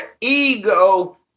ego